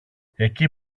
εκεί